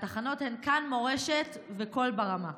התחנות הן כאן מורשת וקול ברמה.